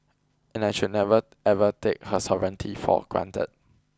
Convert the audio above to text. and I should never ever take her sovereignty for granted